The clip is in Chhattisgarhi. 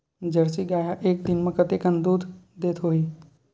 जर्सी गाय ह एक दिन म कतेकन दूध देत होही?